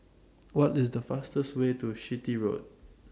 What IS The fastest Way to Chitty Road